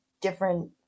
different